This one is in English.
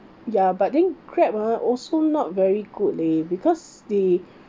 ya but then grab ah also not very good leh because they